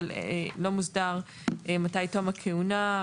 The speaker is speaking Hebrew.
אבל לא מוסדר מתי תום הכהונה,